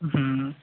হুম